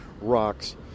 rocks